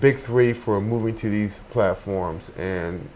big three for a movie to these platforms and